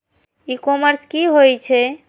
ई commerce की होय छेय?